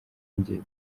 jye